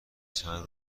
چند